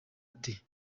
ati